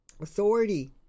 authority